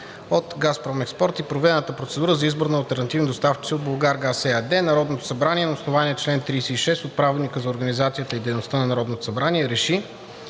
ООО “Газпром Експорт“ и проведената процедура за избор на алтернативни доставчици от „Булгаргаз“ ЕАД Народното събрание на основание чл. 36 от Правилника за организацията и дейността на Народното събрание